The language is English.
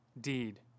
deed